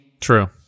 true